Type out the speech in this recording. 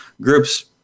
groups